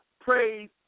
praise